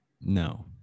No